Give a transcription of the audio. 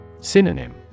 Synonym